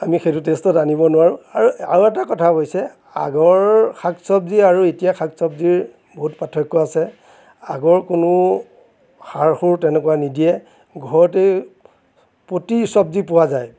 আমি সেইটো টেষ্টত আনিব নোৱাৰোঁ আৰু আৰু এটা কথা অৱশ্য়ে আগৰ শাক চবজি আৰু এতিয়াৰ শাক চবজিৰ বহুত পাৰ্থক্য় আছে আগৰ কোনো সাৰ সুৰ তেনেকুৱা নিদিয়ে ঘৰতেই প্ৰতি চবজি পোৱা যায়